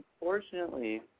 unfortunately